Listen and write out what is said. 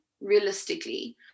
realistically